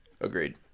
Agreed